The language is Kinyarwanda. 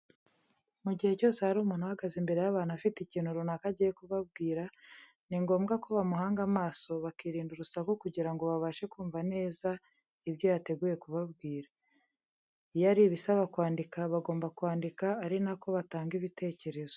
Mu gihe cyose, hari umuntu uhagaze imbere y'abantu afite ikintu runaka agiye kubabwira, ni ngombwa ko bamuhanga amaso bakirinda urusaku kugira ngo babashe kumva neza ibyo yateguye kubabwira. Iyo ari ibisaba kwandika bagomba kwandika ari na ko batanga ibitekerezo.